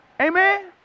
Amen